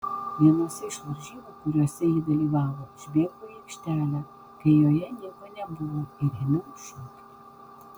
vienose iš varžybų kuriose ji dalyvavo išbėgau į aikštelę kai joje nieko nebuvo ir ėmiau šokti